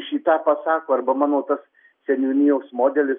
šį tą pasako arba mano tas seniūnijos modelis